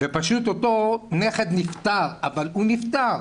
ופשוט אותו נכד נפטר, אבל הוא נפטר.